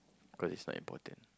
cause it's not important